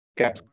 Okay